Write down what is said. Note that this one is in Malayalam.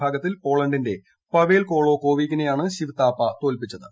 വിഭാഗത്തിൽ പോളണ്ടിന്റെ പാവേൽ പോളോ കോവികിനെയാണ് ശിവ് താപ തോൽപ്പിച്ചത്